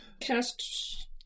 cast